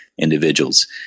Individuals